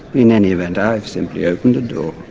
in any event i have simply opened a door.